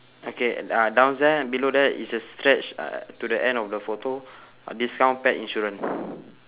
okay uh downstairs below there it's a stretch uh to the end of the photo discount pet insurance